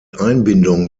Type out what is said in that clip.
einbindung